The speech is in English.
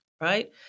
right